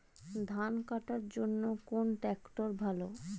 ধান কাটার জন্য কোন ট্রাক্টর ভালো?